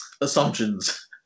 assumptions